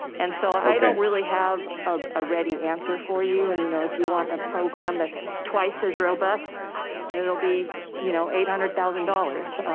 and so i don't really have a ready answer for you, you know if you want a program that's twice as robust and that'll be you know eight hundred thousand dollars.